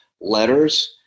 letters